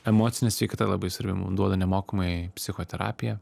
emocine sveikata labai svarbi mum duoda nemokamai psichoterapiją